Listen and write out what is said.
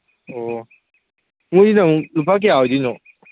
ꯑꯣ ꯃꯣꯏꯅ ꯑꯃꯨꯛ ꯂꯨꯄꯥ ꯀꯌꯥ ꯑꯣꯏꯗꯣꯏꯅꯣ